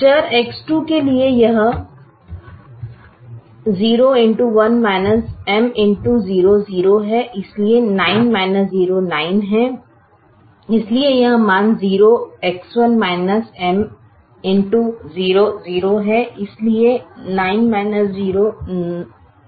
चर X2 के लिए यह 0 x 1 M x 0 0 है इसलिए 9 0 9 है इसलिए यह मान 0 X1 M x 0 0 है इसलिए 9 0 9 है